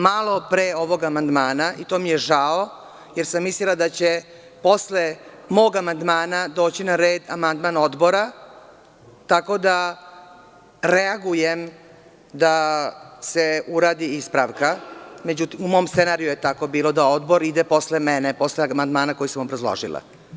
Malo pre ovog amandmana, i to mi je žao, jer sam mislila da će posle mog amandmana doći na red amandman Odbora, tako da reagujem da se uradi ispravka, u mom scenariju je tako bilo, da Odbor ide posle mene, posle amandmana koji sam obrazložila.